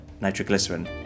nitroglycerin